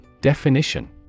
Definition